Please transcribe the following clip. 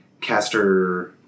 caster